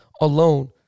alone